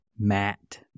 Matt